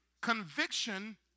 Conviction